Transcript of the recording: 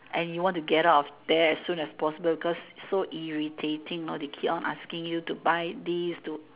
and you want to get out of there as soon as possible because so irritating know they keep on asking you to buy this to